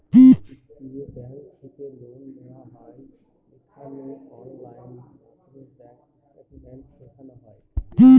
যে ব্যাঙ্ক থেকে লোন নেওয়া হয় সেখানে অনলাইন মাধ্যমে ব্যাঙ্ক স্টেটমেন্ট দেখানো হয়